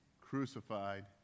crucified